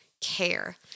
care